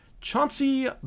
Chauncey